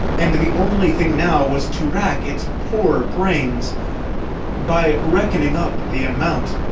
and the only thing now was to rack its poor brains by reckoning up the amount.